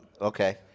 okay